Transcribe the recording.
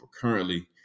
currently